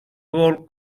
gol